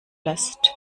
lässt